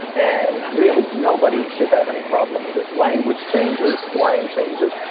and really, nobody should have any problem with it. language changes, slang changes.